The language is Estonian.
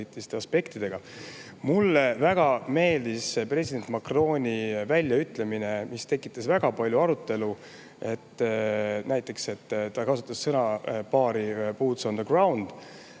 Mulle väga meeldis president Macroni väljaütlemine, mis tekitas väga palju arutelu. Näiteks kasutas ta sõnuboots on the ground–